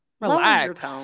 relax